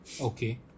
Okay